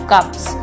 Cups